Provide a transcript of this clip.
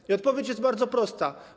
I odpowiedź jest bardzo prosta.